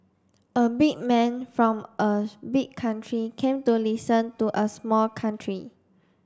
a big man from a big country came to listen to a small country